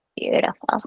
Beautiful